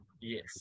Yes